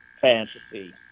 fantasy